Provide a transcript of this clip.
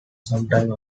sometime